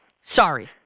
Sorry